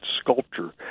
sculpture